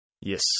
Yes